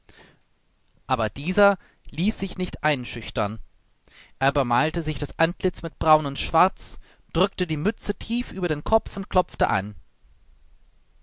aber dieser ließ sich nicht einschüchtern er bemalte sich das antlitz mit braun und schwarz drückte die mütze tief über den kopf und klopfte an